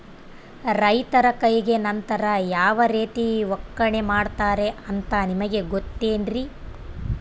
ರೈತರ ಕೈಗೆ ನಂತರ ಯಾವ ರೇತಿ ಒಕ್ಕಣೆ ಮಾಡ್ತಾರೆ ಅಂತ ನಿಮಗೆ ಗೊತ್ತೇನ್ರಿ?